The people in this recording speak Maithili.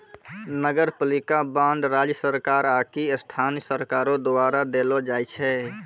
नगरपालिका बांड राज्य सरकार आकि स्थानीय सरकारो द्वारा देलो जाय छै